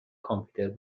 کامپیوتر